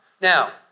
Now